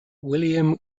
william